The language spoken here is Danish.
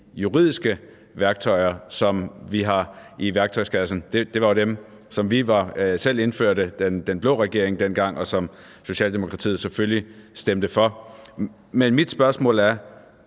juridiske værktøjer, som vi har i værktøjskassen. Det var jo dem, som vi selv indførte som del af den blå regering dengang, og som Socialdemokratiet selvfølgelig stemte for. Men mit spørgsmål er: